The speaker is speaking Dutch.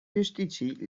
justitie